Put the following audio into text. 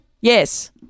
Yes